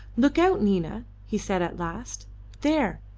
look out, nina, he said at last there,